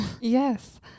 Yes